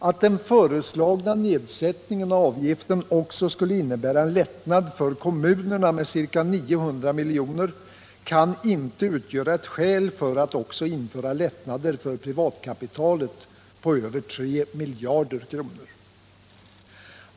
Att den föreslagna nedsättningen av avgifter också innebär en lättnad för kommunerna med ca 900 miljoner kan inte utgöra ett skäl för att också införa lättnader för privatkapitalet på över tre miljarder kronor.